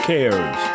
Cares